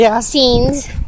scenes